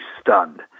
stunned